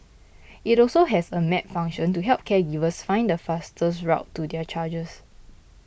it also has a map function to help caregivers find the fastest route to their charges